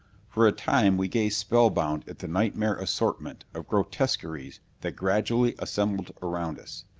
for a time we gazed spellbound at the nightmare assortment of grotesqueries that gradually assembled around us,